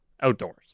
outdoors